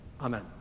Amen